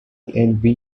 envy